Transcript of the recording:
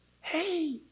Hey